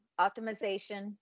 optimization